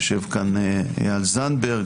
יושב פה איל זנדברג.